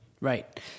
Right